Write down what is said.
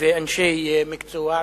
ואנשי מקצוע,